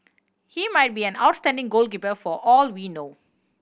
he might be an outstanding goalkeeper for all we know